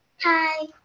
Hi